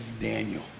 Daniel